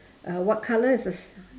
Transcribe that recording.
uh what colour is the